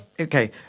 Okay